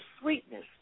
Sweetness